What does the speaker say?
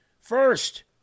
first